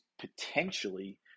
potentially